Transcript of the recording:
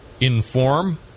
inform